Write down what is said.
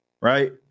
Right